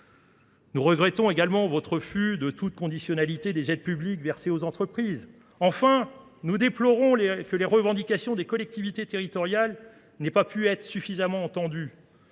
Nous regrettons également votre fu de toute conditionnalité des aides publiques versées aux entreprises. Enfin, nous déplorons que les revendications des collectivités territoriales n'aient pas pu être suffisamment entendues.